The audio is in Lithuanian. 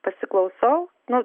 pasiklausau nu